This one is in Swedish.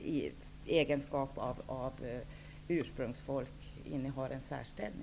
i egenskap av ursprungsfolk har en särställning.